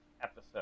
episode